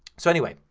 so anyway,